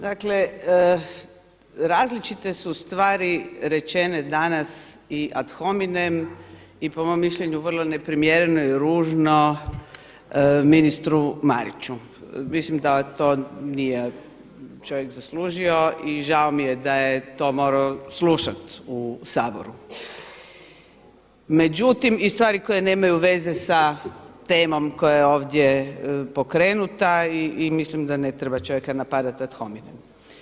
Dakle različite su stvari rečene danas i ad hominem i po mom mišljenju vrlo neprimjereno, ružno ministru Mariću, mislim da to nije čovjek zaslužio i žao mi je da je to morao slušati u Saboru i stvari koje nemaju veze sa temom koja je ovdje pokrenuta i mislim da ne treba čovjeka napadati ad hominem.